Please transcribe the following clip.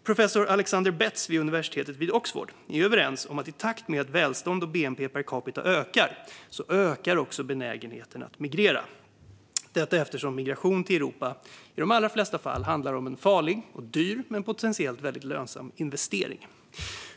och professor Alexander Betts vid universitetet i Oxford, är överens om att i takt med att välstånd och bnp per capita ökar så ökar också benägenheten att migrera, detta eftersom migration till Europa i de allra flesta fall handlar om en farlig och dyr men potentiellt väldigt lönsam investering.